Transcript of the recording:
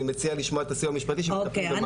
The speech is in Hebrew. אני מציע לשמוע את הסיוע המשפטי שמטפלים.